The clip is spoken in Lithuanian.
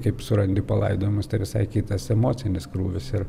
kaip surandi palaidojimus visai kitas emocinis krūvis ir